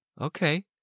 Okay